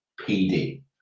PD